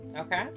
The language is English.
okay